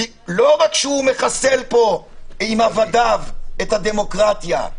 -- לא רק שהוא מחסל פה עם עבדיו את הדמוקרטיה,